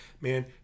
man